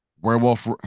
Werewolf